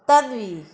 Tanvi